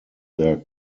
their